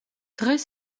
დღეს